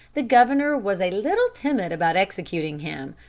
the governor was a little timid about executing him,